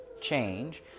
change